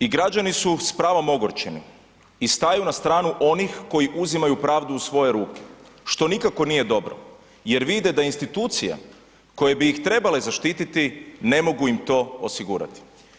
I građani su s pravom ogorčeni i staju na stranu onih koji uzimaju pravdu u svoje ruke, što nikako nije dobro, jer vide da institucije koje bi ih trebale zaštiti ne mogu im to osigurati.